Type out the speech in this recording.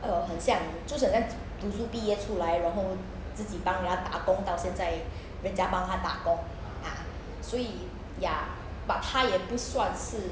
uh 很像就是很像读书毕业出来然后自己帮人家打工到现在人家帮他打工 ah 所以他也不算是